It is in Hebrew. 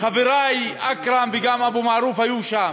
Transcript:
חברי אכרם ואבו מערוף היו שם,